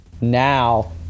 now